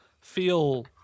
feel